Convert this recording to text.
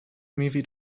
movie